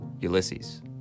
Ulysses